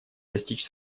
достичь